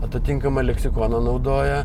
atitinkamą leksikoną naudoja